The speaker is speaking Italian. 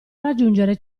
raggiungere